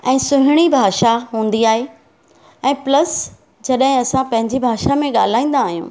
ऐं सुहिणी भाषा हूंदी आहे ऐं प्लस जॾहिं असां पंहिंजी भाषा में ॻाल्हाईंदा आहियूं